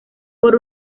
por